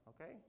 Okay